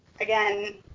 again